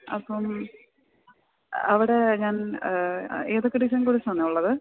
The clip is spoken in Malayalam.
അപ്പോള് അവിടെ ഞാന് ഏതൊക്കെ ഡിസൈന് കൊലുസ്സാണ് ഉള്ളത്